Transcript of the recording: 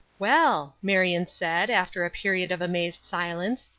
well, marion said, after a period of amazed silence,